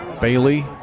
Bailey